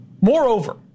Moreover